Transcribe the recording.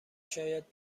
شاید